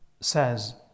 says